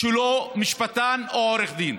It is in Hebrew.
שהוא לא משפטן או עורך דין.